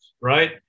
right